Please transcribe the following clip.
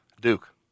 Duke